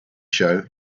show